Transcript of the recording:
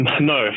no